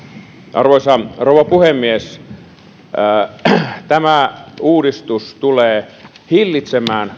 arvoisa rouva puhemies tämä uudistus tulee hillitsemään